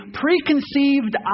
preconceived